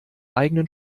eigenen